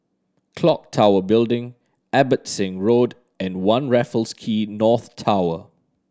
Clock Tower Building Abbotsingh Road and One Raffles Quay North Tower